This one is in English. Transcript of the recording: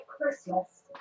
Christmas